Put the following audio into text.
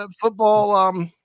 Football